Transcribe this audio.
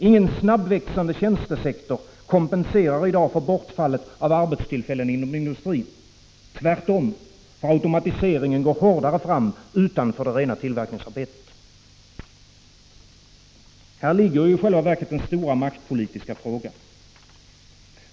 Ingen snabbväxande tjänstesektor kompenserar i dag för bortfallet av arbetstillfällen inom industrin. Tvärtom går automatiseringen hårdare fram utanför tillverkningsarbetet. Här ligger i själva verket den stora maktpolitiska frågan.